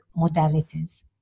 modalities